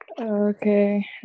Okay